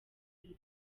rwe